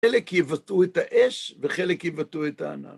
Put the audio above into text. חלק יבטאו את האש, וחלק יבטאו את הענן.